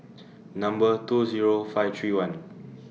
Number two Zero five three one